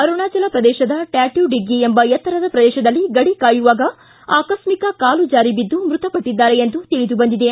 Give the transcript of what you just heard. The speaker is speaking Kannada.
ಅರುಣಾಚಲ ಪ್ರದೇಶದ ಟ್ಕಾಟ್ಕೂಡಿಗ್ಗಿ ಎಂಬ ಎತ್ತರದ ಪ್ರದೇಶದಲ್ಲಿ ಗಡಿ ಕಾಯುವಾಗ ಆಕಶ್ಮಿಕ ಕಾಲು ಜಾರಿ ಬಿದ್ದು ಮೃತಪಟ್ಟಿದ್ದಾರೆ ಎಂದು ತಿಳಿದು ಬಂದಿದೆ